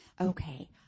Okay